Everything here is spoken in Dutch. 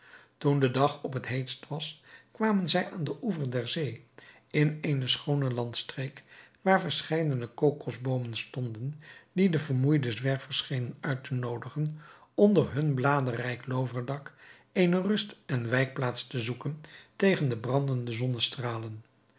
toen de dag op het heetst was kwamen zij aan den oever der zee in eene schoone landstreek waar verscheiden kokosboomen stonden die de vermoeide zwervers schenen uit te nodigen onder hun bladrijk loverdak eene rust en wijkplaats te zoeken tegen de brandende zonnestralen